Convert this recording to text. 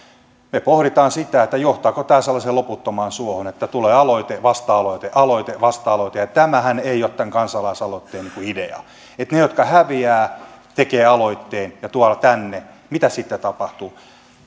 me pohdimme sitä johtaako tämä sellaiseen loputtomaan suohon että tulee aloite vasta aloite aloite vasta aloite tämähän ei ole tämän kansalaisaloitteen idea että ne jotka häviävät tekevät aloitteen ja tuovat tänne mitä sitten tapahtuu